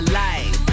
life